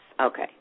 Okay